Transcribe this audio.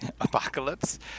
apocalypse